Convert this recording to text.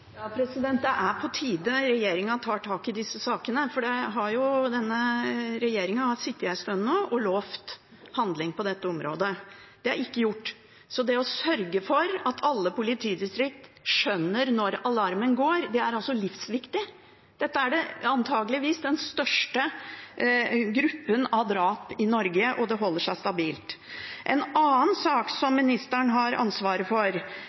Det er på tide at regjeringen tar tak i disse sakene, for den har sittet en stund og lovt handling på dette området. Det har ikke skjedd. Å sørge for at alle politidistrikter skjønner når alarmen går, er livsviktig. Dette er antageligvis den største gruppen drap i Norge, og det holder seg stabilt. En annen sak som ministeren har ansvaret for,